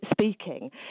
speaking